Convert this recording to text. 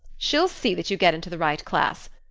she'll see that you get into the right class.